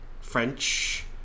French